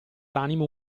l’animo